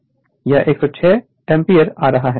यह 106 एम्पीयर आ रहा है